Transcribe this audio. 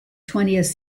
twentieth